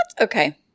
Okay